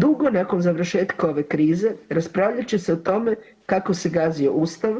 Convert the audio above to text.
Dugo nakon završetka ove krize raspravljat će se o tome kako se gazio Ustav,